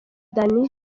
danny